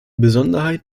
besonderheit